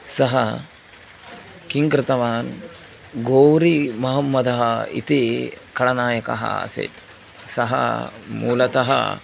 सः किं कृतवान् घोरिमहम्मदः इति खलनायकः आसीत् सः मूलतः